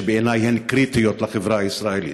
שבעיני הן קריטיות לחברה הישראלית.